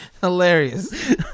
hilarious